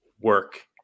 work